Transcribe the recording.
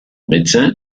médecin